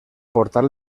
portar